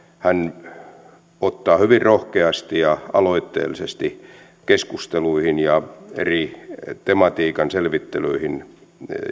hän ottaa kantaa hyvin rohkeasti ja aloitteellisesti keskusteluihin ja eri tematiikan selvittelyihin